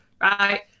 right